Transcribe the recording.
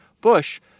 Bush